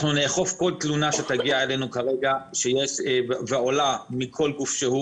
נאכוף כל תלונה שתגיע אלינו ועולה מכל גוף שהוא.